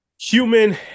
Human